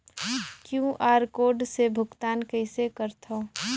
QR code से भुगतान कइसे करथव?